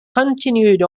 continued